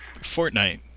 Fortnite